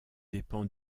dépens